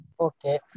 Okay